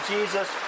Jesus